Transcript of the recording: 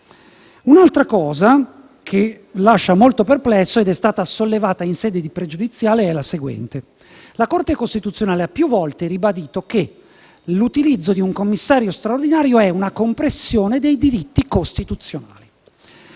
Un'altra previsione che lascia molto perplessi ed è stata anche sollevata in sede di pregiudiziale è la seguente: la Corte costituzionale ha più volte ribadito che l'utilizzo di un commissario straordinario è una compressione dei diritti costituzionali.